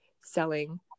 selling